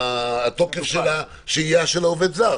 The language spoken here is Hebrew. והתוקף של השהייה של עובד זר.